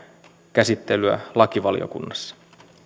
käsittelyä lakivaliokunnassa